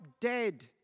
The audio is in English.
dead